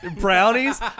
Brownies